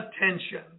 attention